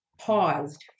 paused